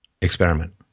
experiment